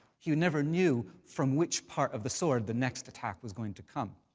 you never knew from which part of the sword the next attack was going to come.